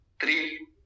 three